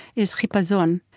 is chipazon.